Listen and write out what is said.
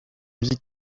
musique